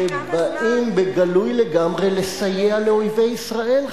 שבאים בגלוי לגמרי לסייע לאויבי ישראל,